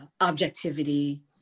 objectivity